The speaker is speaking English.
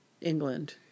England